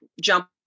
jump